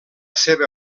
seva